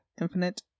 infinite